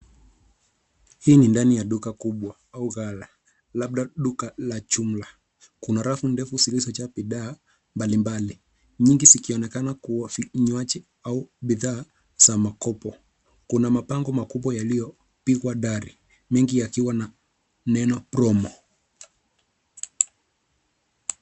Hii ni ndani ya duka kubwa au ghala labda duka la jumla, kuna rafu ndefu zilizojaa bidhaa mbalimbali, nyingi zikionekana kuwa vinywaji au bidhaa za makopo. Kuna mbango makubwa yaliyopigwa dari mengi yakiwa na neno promo .